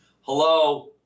Hello